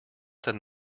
than